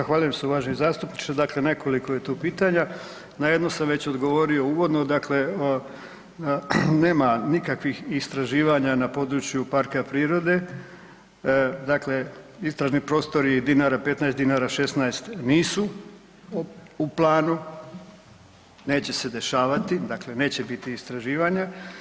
Zahvaljujem se uvaženi zastupniče, dakle nekoliko je tu pitanja, na jedno sam već odgovorio uvodno, dakle nema nikakvih istraživanja na području parka prirode, dakle istražni prostori Dinara 15, Dinara 16 nisu u planu, neće se dešavati, dakle neće bit istraživanja.